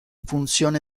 funzione